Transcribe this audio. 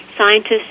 Scientists